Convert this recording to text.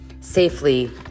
safely